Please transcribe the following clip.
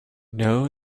know